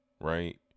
right